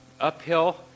uphill